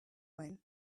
when